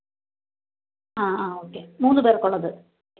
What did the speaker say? ആ അ ഓക്കേ മൂന്നു പേർക്കുള്ളത്